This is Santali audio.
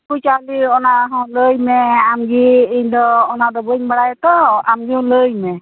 ᱪᱮᱫ ᱠᱚ ᱪᱟᱹᱣᱞᱤ ᱚᱱᱟ ᱦᱚᱸ ᱞᱟᱹᱭᱢᱮ ᱟᱢᱜᱮ ᱤᱧᱫᱚ ᱚᱱᱟ ᱫᱚ ᱵᱟᱹᱧ ᱵᱟᱲᱟᱭᱟ ᱛᱚ ᱟᱢᱜᱮ ᱞᱟᱹᱭᱢᱮ